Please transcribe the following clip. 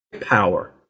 power